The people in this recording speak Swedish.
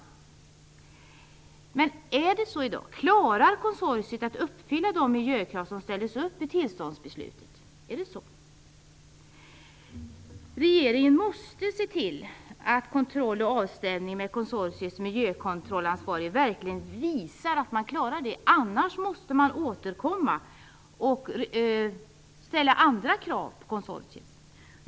Är det så i dag? Klarar konsortiet att uppfylla de miljökrav som ställdes i tillståndsbeslutet? Regeringen måste se till att kontroll och avstämning med konsortiets miljökontrollansvarige verkligen visar att det klarar detta. Annars måste man återkomma och ställa andra krav på konsortiet.